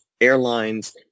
airlines